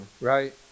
right